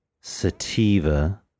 sativa